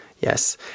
Yes